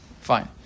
fine